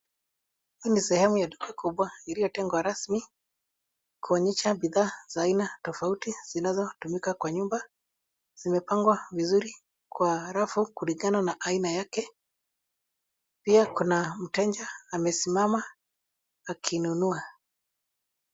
Hii ni sehemu ya duka kubwa iliyotengwa rasmi kuonyesha bidhaa za aina tofauti zinazotumika kwa nyumba. Zimepangwa vizuri kwa rafu kulingana na aina yake. Pia kuna mteja amesimama akinunua.